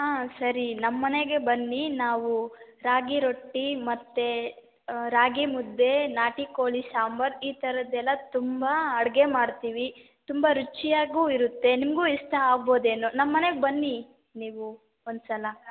ಹಾಂ ಸರಿ ನಮ್ಮ ಮನೆಗೇ ಬನ್ನಿ ನಾವು ರಾಗಿ ರೊಟ್ಟಿ ಮತ್ತು ರಾಗಿ ಮುದ್ದೆ ನಾಟಿ ಕೋಳಿ ಸಾಂಬಾರ್ ಈ ಥರದ್ದೆಲ್ಲ ತುಂಬ ಅಡುಗೆ ಮಾಡ್ತೀವಿ ತುಂಬ ರುಚಿಯಾಗೂ ಇರುತ್ತೆ ನಿಮಗೂ ಇಷ್ಟ ಆಗ್ಬೋದೇನೋ ನಮ್ಮ ಮನೆಗೆ ಬನ್ನಿ ನೀವು ಒಂದು ಸಲ